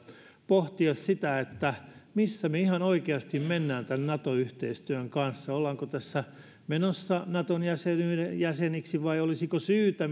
pohtia sitä missä me ihan oikeasti menemme tämän nato yhteistyön kanssa ollaanko tässä menossa naton jäseniksi jäseniksi vai olisiko syytä